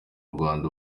rwanda